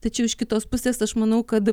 tačiau iš kitos pusės aš manau kad